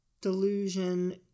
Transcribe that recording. delusion